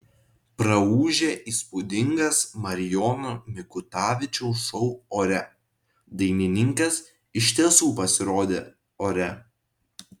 praūžė įspūdingas marijono mikutavičiaus šou ore dainininkas iš tiesų pasirodė ore